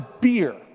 beer